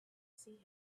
see